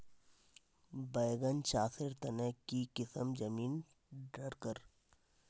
बैगन चासेर तने की किसम जमीन डरकर?